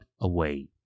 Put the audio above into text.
away